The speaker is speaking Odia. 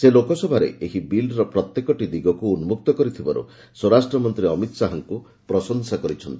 ସେ ଲୋକସଭାରେ ଏହି ବିଲ୍ର ପ୍ରତ୍ୟେକଟି ଦିଗକୁ ଉନ୍ମକ୍ତ କରିଥିବାରୁ ସ୍ୱରାଷ୍ଟ୍ରମନ୍ତ୍ରୀ ଅମିତ୍ ଶାହାଙ୍କୁ ପ୍ରଶଂସା କରିଛନ୍ତି